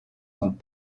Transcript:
sont